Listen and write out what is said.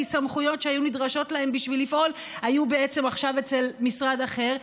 כי סמכויות שהיו נדרשות להם בשביל לפעול היו בעצם עכשיו במשרד אחר.